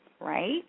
Right